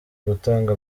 gutanga